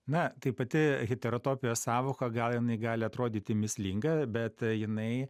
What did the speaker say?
na tai pati heterotopijos sąvoka gal jinai gali atrodyti mįslinga bet jinai